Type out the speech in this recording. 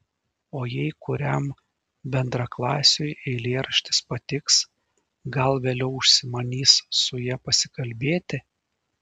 o jei kuriam bendraklasiui eilėraštis patiks gal vėliau užsimanys su ja pasikalbėti